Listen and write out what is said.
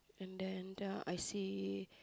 and the and the I see